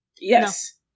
Yes